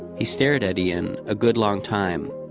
he stared at ian a good long time.